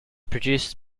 produced